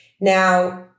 Now